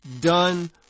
done